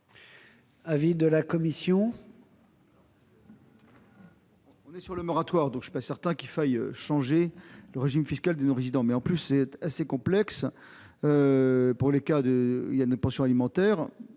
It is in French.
l'avis de la commission ?